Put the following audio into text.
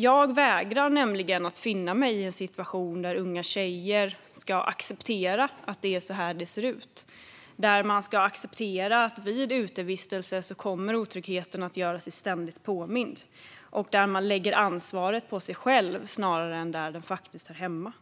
Jag vägrar nämligen att finna mig i en situation där unga tjejer ska acceptera att det är så här det ser ut - att man ska acceptera att vid utevistelse kommer otryggheten ständigt att göra sig påmind och att ansvaret läggs på en själv snarare än där det faktiskt hör hemma.